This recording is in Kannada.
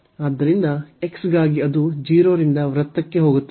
ಆದ್ದರಿಂದ x ಗಾಗಿ ಅದು 0 ರಿಂದ ವೃತ್ತಕ್ಕೆ ಹೋಗುತ್ತದೆ